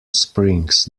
springs